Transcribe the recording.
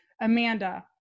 Amanda